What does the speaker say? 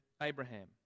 Abraham